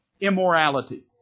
Immorality